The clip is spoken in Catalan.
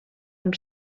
amb